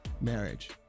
marriage